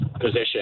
position